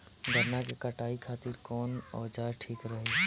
गन्ना के कटाई खातिर कवन औजार ठीक रही?